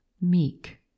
meek